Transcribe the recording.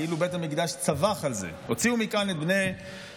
כאילו בית המקדש צווח על זה: הוציאו מכאן את בני עלי.